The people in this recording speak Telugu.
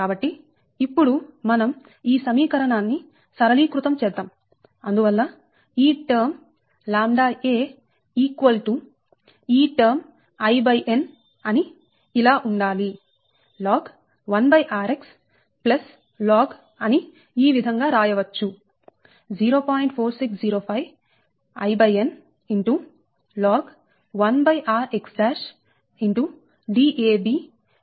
కాబట్టి ఇప్పుడు మనం ఈ సమీకరణాన్ని సరళీకృతం చేద్దాం అందువల్ల ఈ టర్మ్ ʎa ఈక్వల్ టు ఈ టర్మ్ In అన్ని ఇలా ఉండాలి log 1r x log అన్ని ఈ విధంగా రాయవచ్చు 0